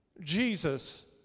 Jesus